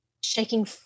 shaking